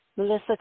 Melissa